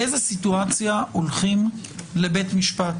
באיזה סיטואציה הולכים לבית המשפט,